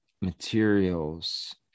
materials